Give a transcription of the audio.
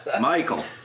Michael